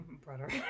Brother